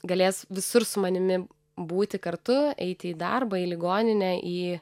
galės visur su manimi būti kartu eiti į darbą į ligoninę į